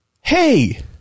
hey